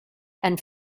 and